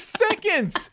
seconds